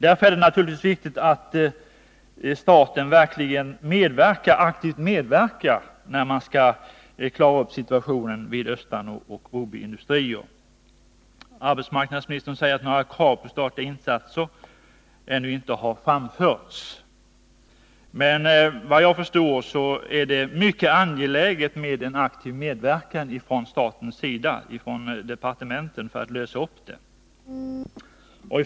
Därför är det viktigt att staten aktivt medverkar för att klara upp situationen vid Östanå Bruk och Broby Industrier. Nu säger arbetsmarknadsministern att några krav på statliga insatser ännu inte har framförts. Efter vad jag förstår är det emellertid mycket angeläget att staten aktivt griper in för att lösa problemen.